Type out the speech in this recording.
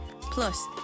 Plus